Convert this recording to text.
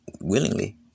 willingly